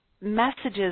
messages